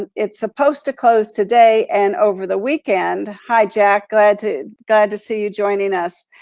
it's supposed to close today, and over the weekend, hi jack, glad to glad to see you joining us.